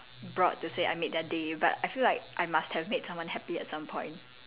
broad to say I made their day but I feel like I must have made someone happy at some point